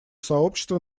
сообщества